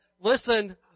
listen